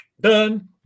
done